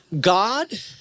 God